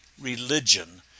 religion